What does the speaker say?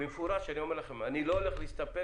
במפורש אני אומר לכם: אני לא הולך להסתפק